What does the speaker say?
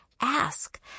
Ask